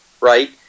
right